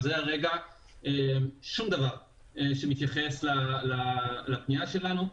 זה הרגע שום דבר שמתייחס לפנייה שלנו.